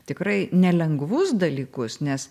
tikrai nelengvus dalykus nes